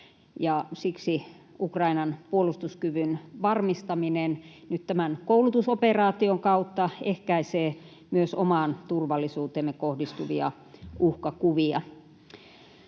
Siksi Ukrainan puolustuskyvyn varmistaminen nyt tämän koulutusoperaation kautta ehkäisee myös omaan turvallisuuteemme kohdistuvia uhkakuvia.